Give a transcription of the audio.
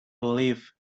believe